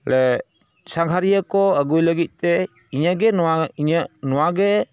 ᱚᱸᱰᱮ ᱥᱟᱸᱜᱷᱟᱨᱤᱭᱟᱹ ᱠᱚ ᱟᱹᱜᱩᱭ ᱞᱟᱹᱜᱤᱫ ᱛᱮ ᱤᱧᱟᱹᱜᱮ ᱱᱚᱶᱟ ᱤᱧᱟᱹᱜ ᱱᱚᱣᱟᱜᱮ